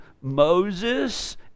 Moses